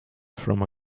from